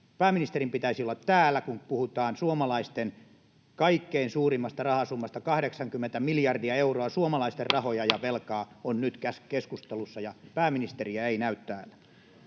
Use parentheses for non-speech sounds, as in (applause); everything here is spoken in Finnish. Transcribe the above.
Pääministerin pitäisi olla täällä, kun puhutaan suomalaisten kaikkein suurimmasta rahasummasta. 80 miljardia euroa suomalaisten rahoja (noise) ja velkaa on nyt keskustelussa, ja pääministeriä ei näy täällä.